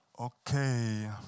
Okay